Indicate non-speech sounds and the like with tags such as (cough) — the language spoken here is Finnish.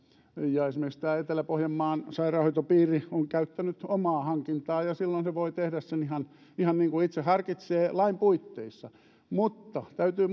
ja esimerkiksi tämä etelä pohjanmaan sairaanhoitopiiri on käyttänyt omaa hankintaa ja silloin se voi tehdä sen ihan ihan niin kuin itse harkitsee lain puitteissa mutta täytyy (unintelligible)